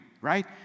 right